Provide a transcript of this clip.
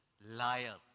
liar